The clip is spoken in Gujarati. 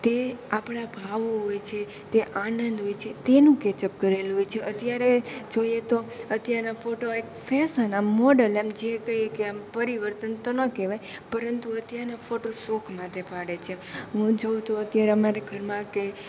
તે આપણા ભાવો હોય છે તે આનંદ હોય છે તેનું કેચઅપ કરેલું હોય છે અત્યારે જોઈએ તો અત્યારના ફોટો એક ફેશન આમ મોડેલ એમ જે કહીએ કે આમ પરિવર્તન તો ન કહેવાય પરંતુ અત્યારના ફોટો શોખ માટે પાડે છે હું જોઉં તો અત્યારે અમારા ઘરમાં કે